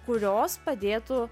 kurios padėtų